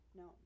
no